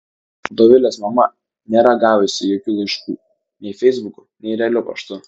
dovilės mama nėra gavusi jokių laiškų nei feisbuku nei realiu paštu